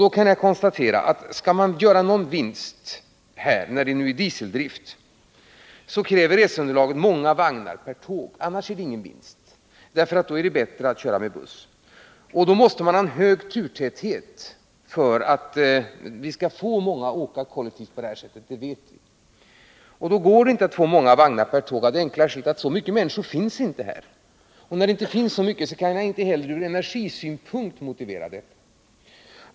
Jag kan konstatera att skall man göra någon vinst här, när det är dieseldrift, kräver resandeunderlaget många vagnar per tåg — annars är det ingen vinst, utan då är det bättre att köra med buss. Man måste vidare ha hög turtäthet för att få många att åka kollektivt på det här sättet — det vet vi. Då går det inte att ha många vagnar per tåg, av det enkla skälet att det inte finns så mycket människor. Och då kan jag alltså inte heller från energisynpunkt motivera en upprustning.